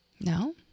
No